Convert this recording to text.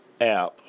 app